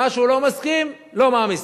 מה שהוא לא מסכים לא מעמיסים.